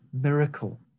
miracle